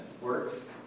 works